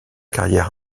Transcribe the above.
carrière